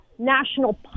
national